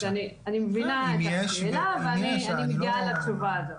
אני מבינה, ואני מגיעה לתשובה הזאת.